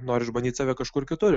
nori išbandyt save kažkur kitur